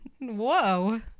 whoa